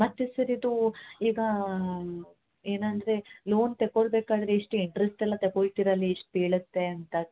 ಮತ್ತು ಸರ್ ಇದು ಈಗ ಏನಂದರೆ ಲೋನ್ ತೆಕ್ಕೊಳ್ಬೇಕಾದರೆ ಇಷ್ಟು ಇಂಟ್ರೆಸ್ಟೆಲ್ಲ ತೆಕೋಳ್ತೀರಲ್ಲ ಎಷ್ಟು ಬೀಳುತ್ತೆ ಅಂತ